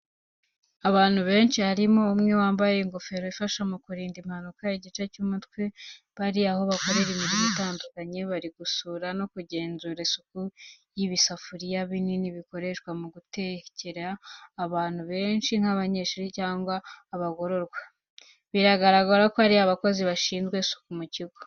Abantu benshi harimo umwe wambaye ingofero ifasha mu kurinda impanuka igice cy'umutwe bari ahakorerwa imirimo itandukanye, bari gusura no kugenzura isuku y'ibisafuriya binini bikoreshwa mu gutekera abantu benshi nk'abanyeshuri cyangwa abagororwa. Biragaragara ko ari abakozi bashinzwe isuku mu kigo.